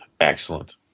Excellent